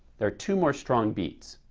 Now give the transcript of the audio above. there are two more strong beats.